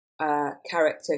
character